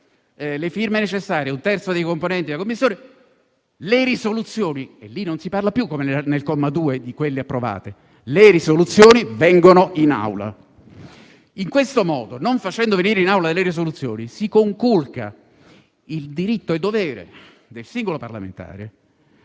le firme necessarie, ossia un terzo dei componenti la Commissione, le risoluzioni (e lì non si parla più, come nel comma 2, di quelle approvate) vengono in Aula. In questo modo, non facendo venire in Aula le risoluzioni, si conculca il diritto e dovere del singolo parlamentare